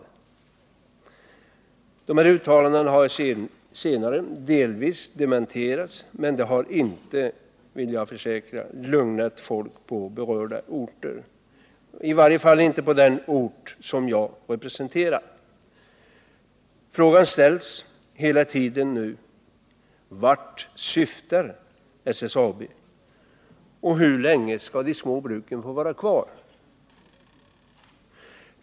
Att dessa uttalanden senare delvis har dementerats har inte lugnat folk på berörda orter, i varje fall inte på den ort jag representerar. Frågan ställs nu: Vart syftar SSAB, och hur länge skall de små bruken få vara kvar?